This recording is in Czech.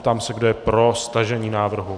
Ptám se, kdo je pro stažení návrhu.